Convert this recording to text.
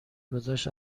گذشت